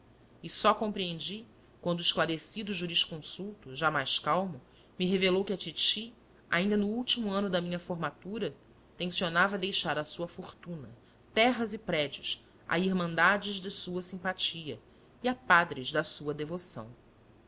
e só compreendi quando o esclarecido jurisconsulto já mais calmo me revelou que a titi ainda no último ano da minha formatura tencionava deixar a sua fortuna terras e prédios a irmandades da sua simpatia e a padres da sua devoção